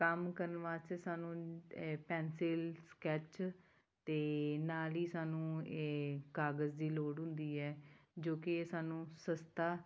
ਕੰਮ ਕਰਨ ਵਾਸਤੇ ਸਾਨੂੰ ਪੈਨਸਿਲ ਸਕੈੱਚ ਅਤੇ ਨਾਲ ਹੀ ਸਾਨੂੰ ਇਹ ਕਾਗਜ਼ ਦੀ ਲੋੜ ਹੁੰਦੀ ਹੈ ਜੋ ਕਿ ਸਾਨੂੰ ਸਸਤਾ